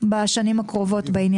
אנחנו לא בחוק מע"מ.